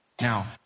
Now